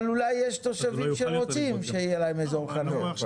אבל אולי יש תושבים שרוצים שיהיה להם אזור חניה.